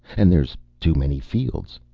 and there's too many fields.